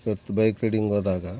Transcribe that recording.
ಇವತ್ತು bike riding ಹೋದಾಗ